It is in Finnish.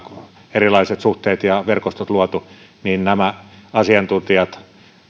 erilaiset suhteet ja verkostot luotu niin nämä asiantuntijat